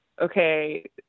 okay –